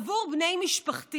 עבור בני משפחתי,